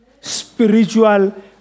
Spiritual